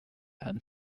and